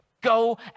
Go